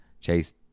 chase